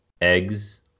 eggs